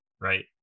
right